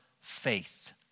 faith